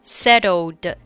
settled